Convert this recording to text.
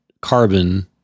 carbon